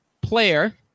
player